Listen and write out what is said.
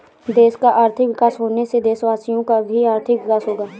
देश का आर्थिक विकास होने से देशवासियों का भी आर्थिक विकास होगा